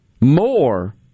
More